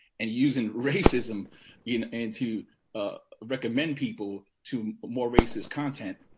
and using racism in and to ah recommend people to more racist content,